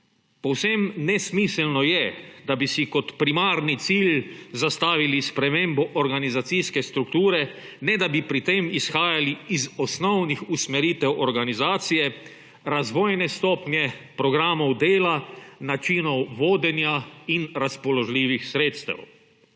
Povsem nesmiselno je, da bi si kot primarni cilj zastavili spremembo organizacijske strukture, ne da bi pri tem izhajali iz osnovnih usmeritev organizacije, razvojne stopnje, programov dela, načinov vodenja in razpoložljivih sredstev.